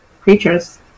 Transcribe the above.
creatures